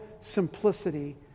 simplicity